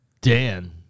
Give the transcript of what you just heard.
Dan